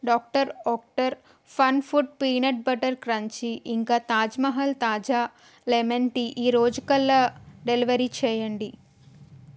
doctor ఓక్టర్ fun food peanut butter crunchy ఇంకా తాజ్మహల్ తాజా లెమన్ టీ ఈరోజు కల్లా డెలివరీ చేయండి